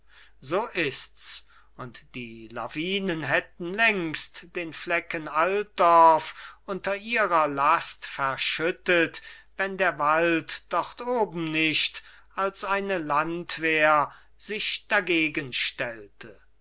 so ist's und die lawinen hätten längst den flecken altdorf unter ihrer last verschüttet wenn der wald dort oben nicht als eine landwehr sich dagegenstellte